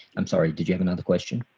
i'm sorry did you have another question?